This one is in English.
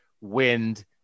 wind